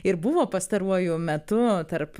ir buvo pastaruoju metu tarp